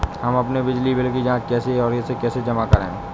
हम अपने बिजली बिल की जाँच कैसे और इसे कैसे जमा करें?